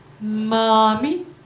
Mommy